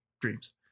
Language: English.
dreams